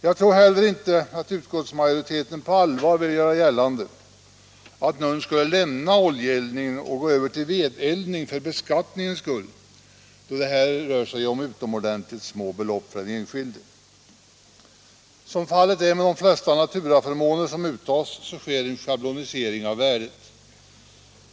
Jag tror heller inte att utskottsmajoriteten på allvar vill göra gällande att någon skulle lämna oljeeldningen och gå över till vedeldning för beskattningens skull, eftersom det här rör sig om utomordentligt små belopp för den enskilde. Som fallet är med de flesta andra naturaförmåner som uttas sker en schablonisering av värdet.